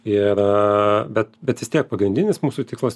ir bet bet vis tiek pagrindinis mūsų tikslas